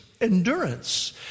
endurance